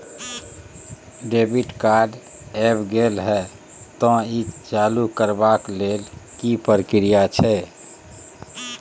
Debit card ऐब गेल हैं त ई चालू करबा के लेल की प्रक्रिया छै?